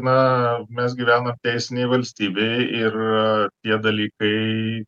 na mes gyvenam teisinėj valstybėj ir tie dalykai